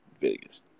Vegas